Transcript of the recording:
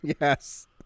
yes